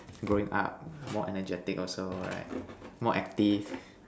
growing up more energetic also right more active